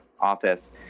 office